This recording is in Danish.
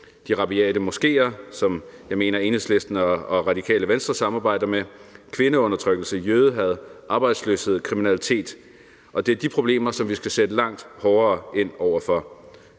De rabiate moskeer, som jeg mener Enhedslisten og Det Radikale Venstre samarbejder med, kvindeundertrykkelse, jødehad, arbejdsløshed, kriminalitet er de problemer, som vi skal sætte langt hårdere ind over for.